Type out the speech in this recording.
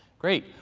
great.